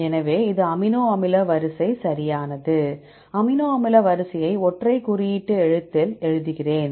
எனவே இது அமினோ அமில வரிசை சரியானது அமினோ அமில வரிசையை ஒற்றை எழுத்து குறியீட்டில் தருகிறேன்